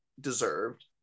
deserved